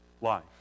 life